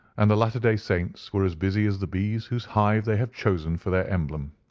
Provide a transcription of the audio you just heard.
and the latter day saints were as busy as the bees whose hive they have chosen for their emblem.